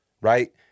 Right